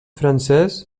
francès